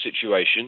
situation